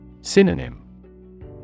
Synonym